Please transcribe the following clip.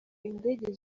indege